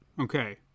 Okay